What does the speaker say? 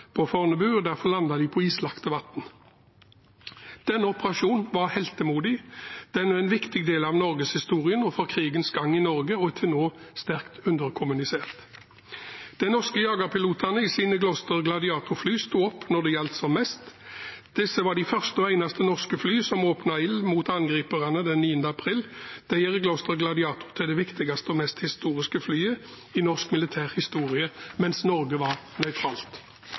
på Fornebu, og derfor landet de på islagte vann. Denne operasjonen var heltemodig, det er en viktig del av norgeshistorien og krigens gang i Norge og er til nå sterkt underkommunisert. De norske jagerpilotene i sine Gloster Gladiator-fly sto opp da det gjaldt som mest. Disse var de første og eneste norske fly som åpnet ild mot angriperne 9. april. Det gjør Gloster Gladiator til det viktigste og mest historiske flyet i norsk militær historie mens Norge var nøytralt.